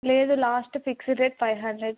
లేదు last fixed rate five hundred